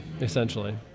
essentially